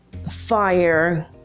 Fire